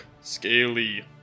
Scaly